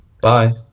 Bye